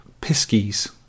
Piskies